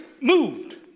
moved